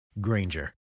Granger